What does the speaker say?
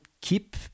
keep